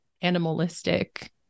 animalistic